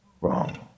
wrong